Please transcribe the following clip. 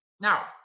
Now